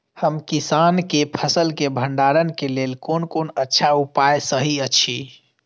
हम किसानके फसल के भंडारण के लेल कोन कोन अच्छा उपाय सहि अछि?